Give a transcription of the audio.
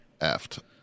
aft